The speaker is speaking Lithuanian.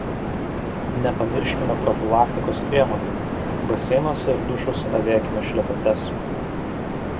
nepamirškime profilaktikos priemonių baseinuose ir dušuose avėkime šlepetes